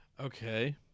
Okay